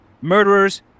Murderers